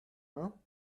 hein